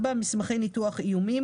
מסמכי ניתוח איומים.